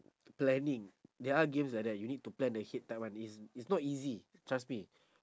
planning there are games like that you need to plan ahead time [one] it's it's not easy trust me